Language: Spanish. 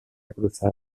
cruzada